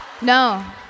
no